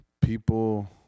People